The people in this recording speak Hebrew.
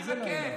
אני בכיף,